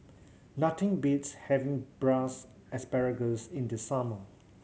nothing beats having Braised Asparagus in the summer